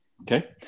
Okay